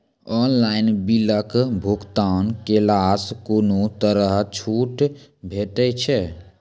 Online बिलक भुगतान केलासॅ कुनू तरहक छूट भेटै छै?